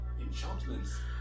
enchantments